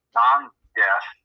non-death